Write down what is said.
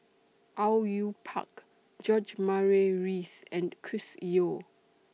Au Yue Pak George Murray Reith and Chris Yeo